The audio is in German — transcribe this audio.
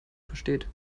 versteht